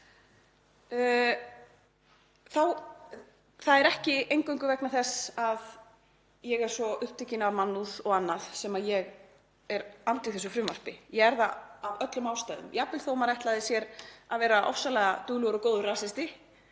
Það er ekki eingöngu vegna þess að ég er svo upptekin af mannúð og öðru sem ég er andvíg þessu frumvarpi, ég er það af öllum ástæðum. Jafnvel þó að maður ætlaði sér að vera ofsalega duglegur og góður rasisti